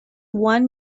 one